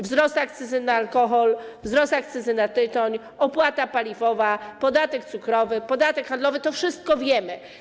Wzrost akcyzy na alkohol, wzrost akcyzy na tytoń, opłata paliwowa, podatek cukrowy, podatek handlowy - to wszystko wiemy.